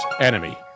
enemy